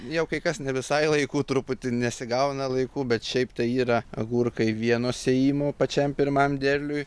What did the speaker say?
jau kai kas ne visai laiku truputį nesigauna laiku bet šiaip tai yra agurkai vieno sėjimo pačiam pirmam derliui